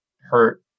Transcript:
hurt